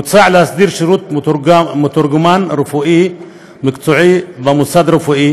מוצע להסדיר שירות של מתורגמן רפואי מקצועי במוסד רפואי